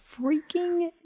freaking